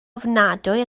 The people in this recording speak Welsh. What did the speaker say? ofnadwy